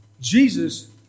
Jesus